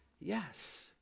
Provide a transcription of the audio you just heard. Yes